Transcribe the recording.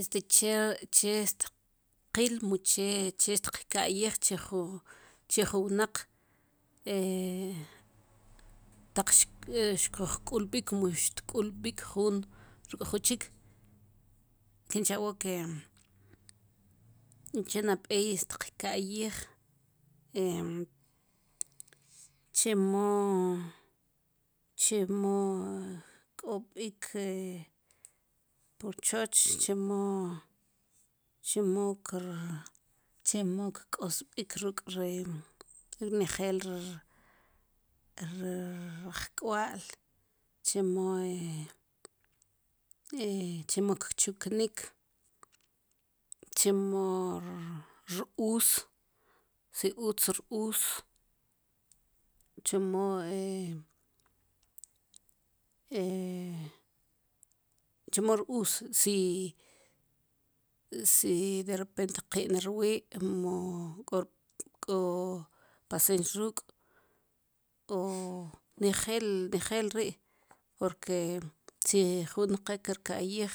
Este che che tqil mu che che tqka'yij che ju che ju wnaq taq xkuj k'ulb'ik mu xtk'ulb'ik juun ruk' ju chik kinchawa' ke uche nab'ey tiqka'yij chemo chemo k'obik purchoch chemo chemo chemo kk'osb'ik ruk' ri nejel rajk'wal chemo chemo kchuknik chemo r-uus si utz r-uus chemo chemo r-uus si si derepent qi'n rwi' mu k'o k'o pasens ruk' o nejel nejel ri' porque si jun qa kirka'yij